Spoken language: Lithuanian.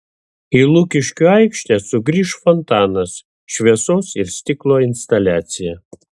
į lukiškių aikštę sugrįš fontanas šviesos ir stiklo instaliacija